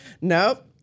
nope